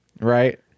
Right